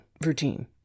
routine